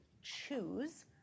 choose